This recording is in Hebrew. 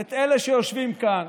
את אלה שיושבים כאן